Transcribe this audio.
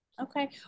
Okay